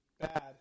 bad